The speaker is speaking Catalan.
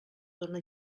dóna